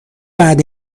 بعد